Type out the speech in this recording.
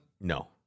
No